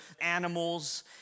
animals